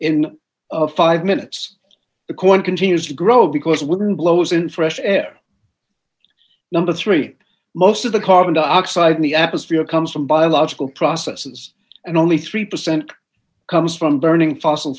in five minutes the corn continues to grow because we're going blows in fresh air number three most of the carbon dioxide in the atmosphere comes from biological processes and only three percent comes from burning fossil